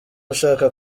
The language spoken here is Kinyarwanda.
ushaka